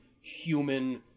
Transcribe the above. human